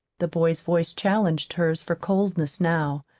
the boy's voice challenged hers for coldness now.